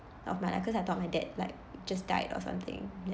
of my life cause I thought my dad like just died or something